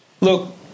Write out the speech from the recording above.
Look